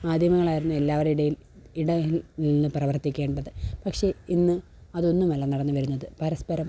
മാധ്യമങ്ങളായിരുന്നു എല്ലാവരുടെയും ഇടയില് നിന്ന് പ്രവര്ത്തിക്കേണ്ടത് പക്ഷേ ഇന്ന് അതൊന്നുമല്ല നടന്നുവരുന്നത് പരസ്പരം